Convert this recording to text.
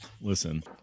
listen